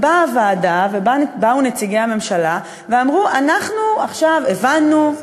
באה הוועדה ובאו נציגי הממשלה ואמרו: אנחנו עכשיו הבנו,